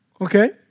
Okay